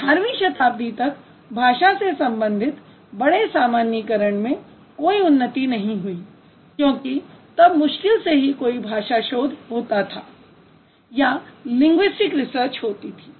18वीं शताब्दी तक भाषा से संबंधित बड़े सामान्यीकरण मैं कोई उन्नति नहीं हुई क्योंकि तब मुश्किल से ही कोई भाषा शोध होता था या लिंगुइस्टिक्स रिसर्च होती थी